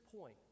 point